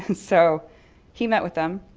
and so he met with them,